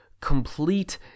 complete